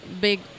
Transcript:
big